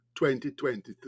2023